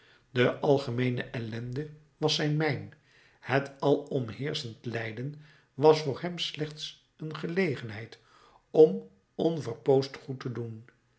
de algemeene ellende was zijn mijn het alom heerschend lijden was voor hem slechts een gelegenheid om onverpoosd goed te doen